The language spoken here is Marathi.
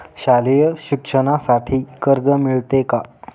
शालेय शिक्षणासाठी कर्ज मिळते का?